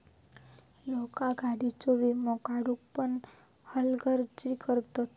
लोका गाडीयेचो वीमो काढुक पण हलगर्जी करतत